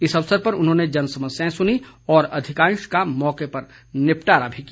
इस अवसर पर उन्होंने जनसमस्याएं सुनी और अधिकांश का मौके पर निपटारा भी किया